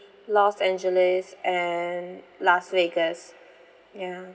los angeles and las vegas ya